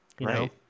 Right